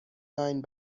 nine